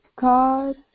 God